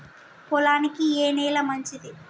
పొలానికి ఏ నేల మంచిది?